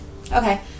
Okay